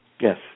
Yes